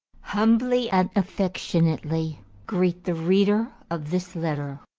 humbly and affectionately greet the reader of this letter,